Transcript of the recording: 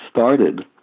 started